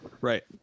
Right